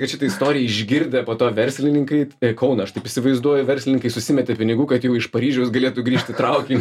kad šitą istoriją išgirdę po to verslininkai kauną aš taip įsivaizduoju verslininkai susimetė pinigų kad jau iš paryžiaus galėtų grįžti traukiniu